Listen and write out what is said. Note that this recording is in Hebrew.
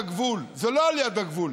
והחרמונית, זה הגבול, זה לא ליד הגבול,